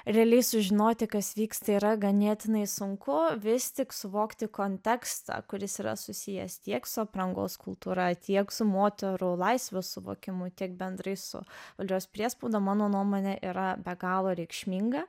realiai sužinoti kas vyksta yra ganėtinai sunku vis tik suvokti kontekstą kuris yra susijęs tiek su aprangos kultūra tiek su moterų laisvių suvokimu tiek bendrai su valdžios priespauda mano nuomone yra be galo reikšminga